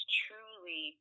truly